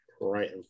right